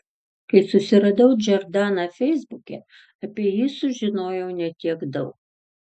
kai susiradau džordaną feisbuke apie jį sužinojau ne tiek daug